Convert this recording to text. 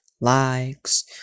likes